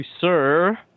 Sir